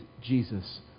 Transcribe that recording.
Jesus